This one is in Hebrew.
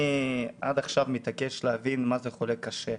אני עד עכשיו מתעקש להבין מה זה חולה קשה.